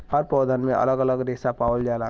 हर पौधन में अलग अलग रेसा पावल जाला